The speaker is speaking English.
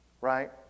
right